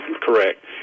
Correct